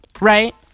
right